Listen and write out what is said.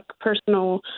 personal